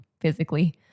physically